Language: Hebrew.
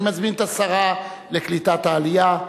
אני מזמין את השרה לקליטת העלייה,